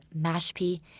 Mashpee